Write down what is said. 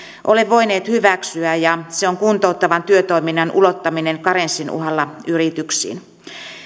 ole voineet hyväksyä ja se on kuntouttavan työtoiminnan ulottaminen karenssin uhalla yrityksiin